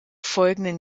folgenden